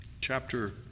Chapter